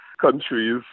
countries